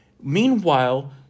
Meanwhile